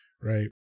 right